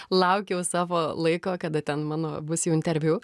laukiau savo laiko kada ten mano bus jau interviu